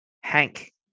Hank